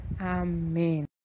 Amen